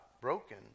broken